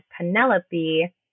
Penelope